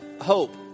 hope